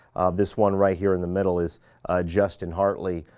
this one right here in the middle is justin hartley,